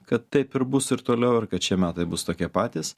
kad taip ir bus ir toliau ir kad šie metai bus tokie patys